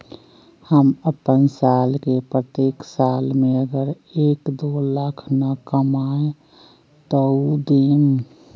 हम अपन साल के प्रत्येक साल मे अगर एक, दो लाख न कमाये तवु देम?